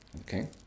Okay